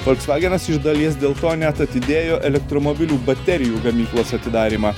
folksvagenas iš dalies dėl to net atidėjo elektromobilių baterijų gamyklos atidarymą